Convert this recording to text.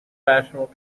fashionable